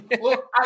Look